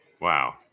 Wow